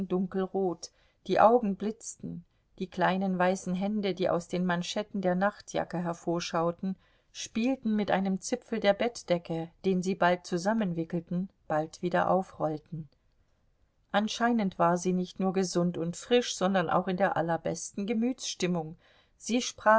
dunkelrot die augen blitzten die kleinen weißen hände die aus den manschetten der nachtjacke hervorschauten spielten mit einem zipfel der bettdecke den sie bald zusammenwickelten bald wieder aufrollten anscheinend war sie nicht nur gesund und frisch sondern auch in der allerbesten gemütsstimmung sie